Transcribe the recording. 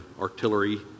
artillery